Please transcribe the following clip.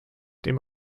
dem